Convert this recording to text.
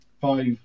Five